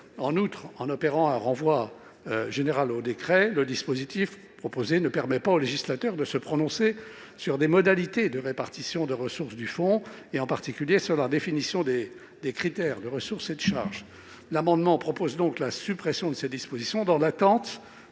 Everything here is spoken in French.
En outre, en opérant un renvoi général au décret, le dispositif proposé ne permet pas au législateur de se prononcer sur des modalités de répartition des ressources du fonds, en particulier sur la définition des critères de ressources et de charges. Nous invitons le Sénat à supprimer ces dispositions dans l'attente